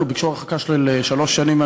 ביקשו הרחקה מהמגרשים לשלוש שנים,